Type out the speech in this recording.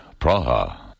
Praha